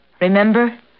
Remember